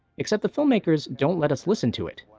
except the filmmakers don't let us listen to it.